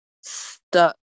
stuck